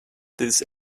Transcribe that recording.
this